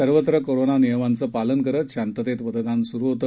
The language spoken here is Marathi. सर्वत्र कोरोना नियमांचं पालन करत शांततेत मतदान सुरू आहे